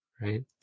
Right